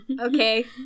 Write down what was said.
Okay